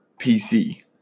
PC